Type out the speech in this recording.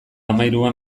hamahiruan